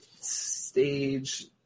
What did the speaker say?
stage